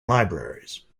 libraries